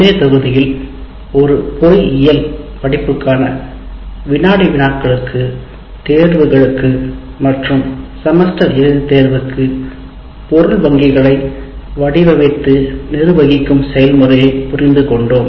முந்தைய தொகுதியில் ஒரு பொறியியல் படிப்புக்கான வினாடி வினாக்களுக்கு தேர்வுகளுக்கு மற்றும் செமஸ்டர் இறுதித் தேர்வுக்கு பொருள் வங்கிகளை வடிவமைத்து நிர்வகிக்கும் செயல்முறையை புரிந்துகொண்டோம்